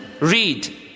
read